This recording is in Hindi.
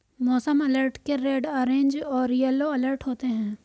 मौसम अलर्ट के रेड ऑरेंज और येलो अलर्ट होते हैं